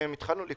התחלנו לקרוא.